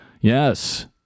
Yes